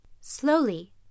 Slowly